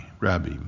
Rabbi